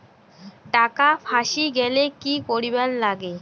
টাকা ফাঁসি গেলে কি করিবার লাগে?